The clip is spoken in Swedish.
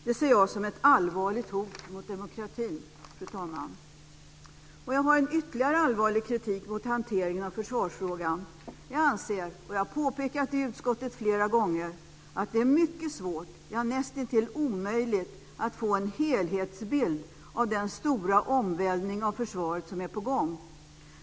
Det ser jag som ett allvarligt hot mot demokratin, fru talman. Jag har ytterligare allvarlig kritik mot hanteringen av försvarsfrågan. Jag anser - och jag har påpekat det i utskottet flera gånger - att det är mycket svårt, ja näst intill omöjligt, att få en helhetsbild av den stora omvälvning av försvaret som är på gång.